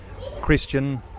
christian